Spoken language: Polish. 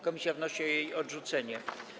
Komisja wnosi o jej odrzucenie.